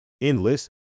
Endless